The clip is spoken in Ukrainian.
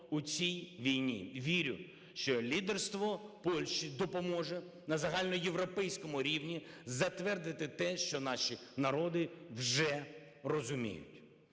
у цій війні. Вірю, що лідерство Польщі допоможе на загальноєвропейському рівні затвердити те, що наші народи вже розуміють.